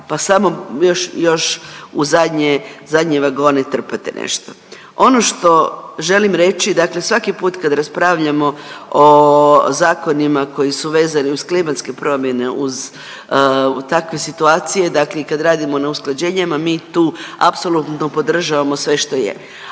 pa samo još u zadnje vagone trpate nešto. Ono što želim reći, dakle svaki put kad raspravljamo o zakonima koji su vezani uz klimatske promjene, uz takve situacije, dakle i kad radimo na usklađenjima mi tu apsolutno podržavamo sve što je.